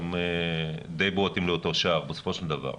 אתם די בועטים לאותו שער בסופו של דבר.